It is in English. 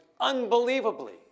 unbelievably